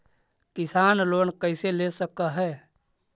किसान लोन कैसे ले सक है?